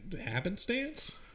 happenstance